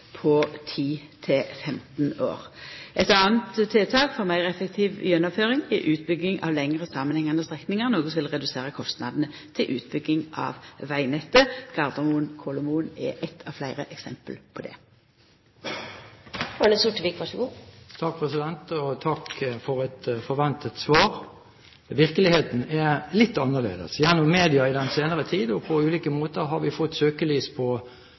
år. Eit anna tiltak for meir effektiv gjennomføring er utbygging av lengre samanhengande strekningar, noko som vil redusera kostnadane til utbygging av vegnettet. Gardermoen–Kolomoen er eit av fleire eksempel på det. Takk for et forventet svar. Virkeligheten er litt annerledes. Gjennom media i den senere tid og på ulike måter har vi fått søkelys på